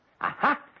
Aha